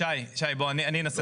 שי, בוא אני אנסה להסביר לך.